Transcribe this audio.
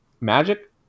magic